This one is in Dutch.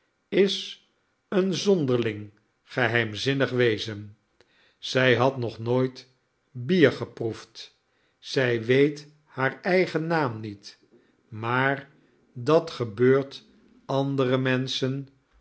is een zonderling geheimzinnig wezen zij had nog nooit bier geproefd zij weet haar eigen naam niet maar dat gebeurt andere menschen